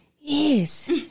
Yes